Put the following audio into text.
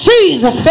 Jesus